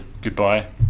goodbye